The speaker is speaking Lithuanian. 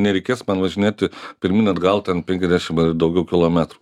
nereikės man važinėti pirmyn atgal ten penkiasdešim ar daugiau kilometrų